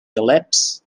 ellipse